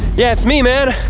yeah, it's me man.